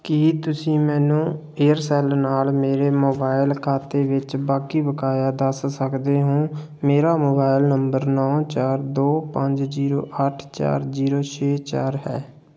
ਕੀ ਤੁਸੀਂ ਮੈਨੂੰ ਏਅਰਸੈਲ ਨਾਲ ਮੇਰੇ ਮੋਬਾਈਲ ਖਾਤੇ ਵਿੱਚ ਬਾਕੀ ਬਕਾਇਆ ਦੱਸ ਸਕਦੇ ਹੋ ਮੇਰਾ ਮੋਬਾਈਲ ਨੰਬਰ ਨੌ ਚਾਰ ਦੋ ਪੰਜ ਜ਼ੀਰੋ ਅੱਠ ਚਾਰ ਜ਼ੀਰੋ ਛੇ ਚਾਰ ਹੈ